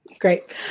Great